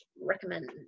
recommend